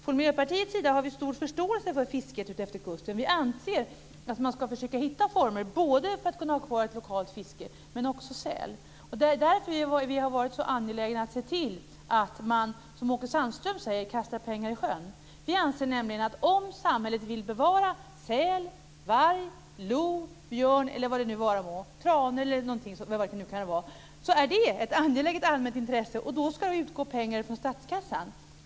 Från Miljöpartiets sida har vi stor förståelse för fisket utefter kusten. Vi anser att man ska försöka hitta former både för att kunna ha kvar ett lokalt fiske och även säl. Därför har vi varit så angelägna att se till att man, som Åke Sandström säger, kastar pengar i sjön. Vi anser nämligen att om samhället vill bevara säl, varg, lo, björn eller vad det nu vara må - tranor eller någonting annat - så är det ett angeläget allmänt intresse, och då ska pengar utgå från statskassan.